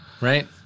right